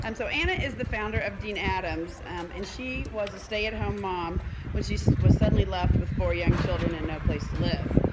um so anna is the founder of dene adams um and she was a stay-at-home mom when she was suddenly left with four young children and no place to live.